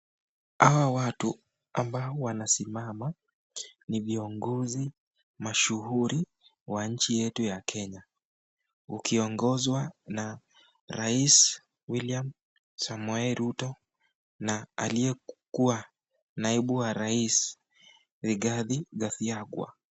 Hawa watu ambao wanasimama ni viongozi mashuhuri wa nchi yetu ya Kenya wakiongozwa na raisi Wiliam Samoei Ruto na aliyekuwa naibu wa rais Rigathi Gachagua.